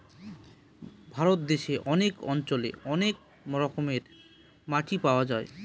ভারত দেশে অনেক অঞ্চলে অনেক রকমের মাটি পাওয়া যায়